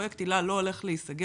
פרויקט היל"ה לא הולך להיסגר.